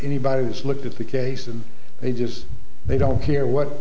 anybody's look at the case and they just they don't care what